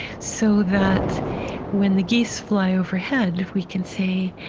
so that when the geese fly overhead, we can say,